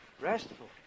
Restful